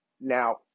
Now